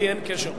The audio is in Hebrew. לי אין קשר פה.